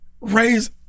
raise